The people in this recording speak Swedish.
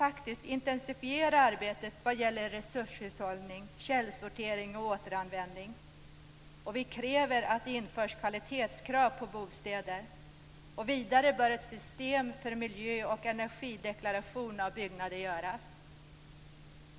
Arbetet med resurshushållning, källsortering och återanvändning måste intensifieras. Vi kräver att det införs kvalitetskrav på bostäder. Vidare bör ett system för miljö och energideklaration av byggnader införas.